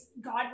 God